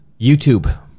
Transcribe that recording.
YouTube